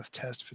test